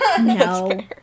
No